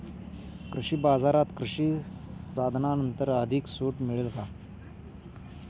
कृषी बाजारात कृषी साधनांवर अधिक सूट मिळेल का?